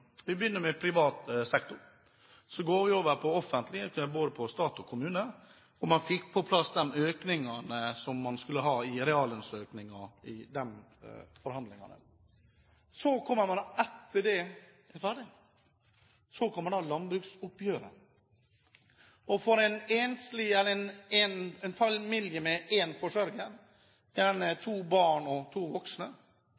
Vi begynner med privat sektor. Så går vi over på offentlige oppgjør, både i stat og kommune. Man fikk på plass de reallønnsøkningene som man skulle ha i de forhandlingene. Etter at dette var ferdig, kommer landbruksoppgjøret. For en familie med én forsørger, gjerne